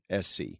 SC